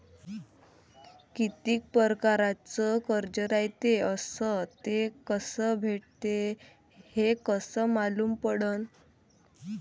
कितीक परकारचं कर्ज रायते अस ते कस भेटते, हे कस मालूम पडनं?